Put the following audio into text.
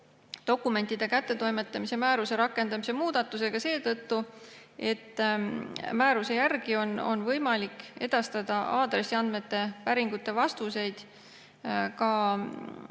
dokumentide kättetoimetamise määruse rakendamise muudatusega seetõttu, et määruse järgi on võimalik edastada aadressiandmete päringute vastuseid ka